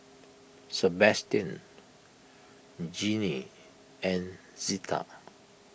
Sebastian Jeannie and Zeta